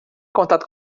contato